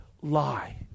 lie